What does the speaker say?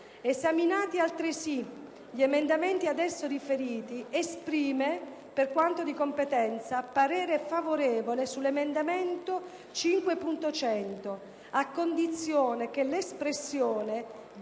Esaminati altresì gli emendamenti ad esso riferiti esprime, per quanto di competenza, parere favorevole sull'emendamento 5.100, a condizione che l'espressione